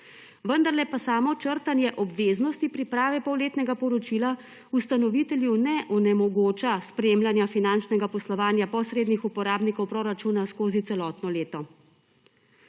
Vendarle pa samo črtanje obveznosti priprave polletnega poročila ustanovitelju ne onemogoča spremljanja finančnega poslovanja posrednih uporabnikov proračuna skozi celotno leto.